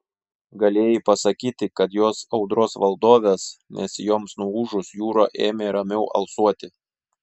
galėjai pasakyti kad jos audros valdovės nes joms nuūžus jūra ėmė ramiau alsuoti